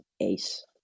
ACE